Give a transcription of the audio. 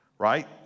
Right